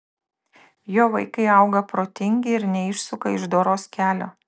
jo vaikai auga protingi ir neišsuka iš doros kelio